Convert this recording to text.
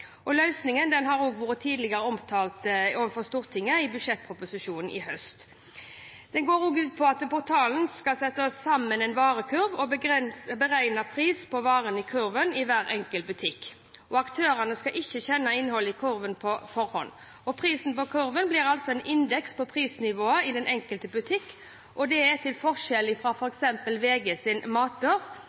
har tidligere vært omtalt overfor Stortinget i budsjettproposisjonen sist høst. Den går ut på at portalen skal sette sammen en varekurv og beregne pris på varene i kurven i hver enkelt butikk. Aktørene skal ikke kjenne til innholdet i kurven på forhånd. Prisen på kurven blir altså en indeks for prisnivået i den enkelte butikk.